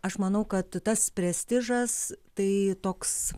aš manau kad tas prestižas tai toks